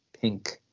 pink